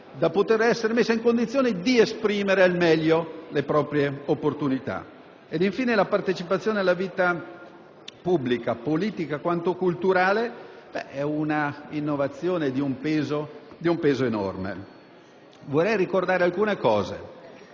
dovrà essere messa nelle condizioni di esprimere al meglio le proprie opportunità. Infine, la partecipazione alla vita pubblica, sia politica che culturale, è un'innovazione di un peso enorme. Vorrei ricordare alcuni